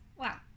Wow